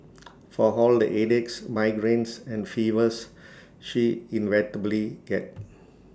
for all the headaches migraines and fevers she inevitably get